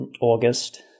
August